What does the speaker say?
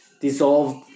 dissolved